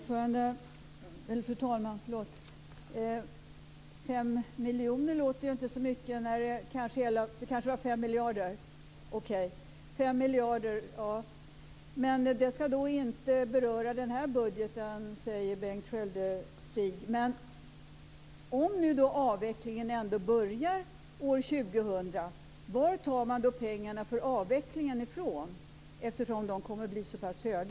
Fru talman! 5 miljoner låter inte så mycket. Det kanske var 5 miljarder. Det ska då inte beröra den här budgeten, säger Berndt Sköldestig. Men om nu avvecklingen ändå börjar år 2000, varifrån tar man då pengarna för den avvecklingen? Den summan kommer ju att bli såpass hög.